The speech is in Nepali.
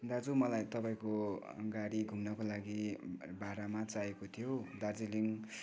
दाजु मलाई तपाईँको गाडी घुम्नको लागि भाडामा चाहिएको थियो दार्जीलिङ